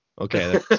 Okay